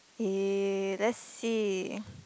eh let's see